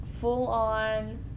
full-on